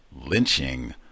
lynching